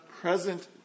present